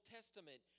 Testament